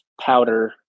powder